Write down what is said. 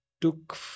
took